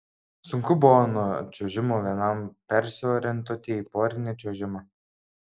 sunku buvo nuo čiuožimo vienam persiorientuoti į porinį čiuožimą